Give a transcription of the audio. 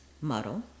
muddle